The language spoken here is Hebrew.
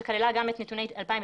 שכללה גם את נתוני 2019,